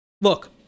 look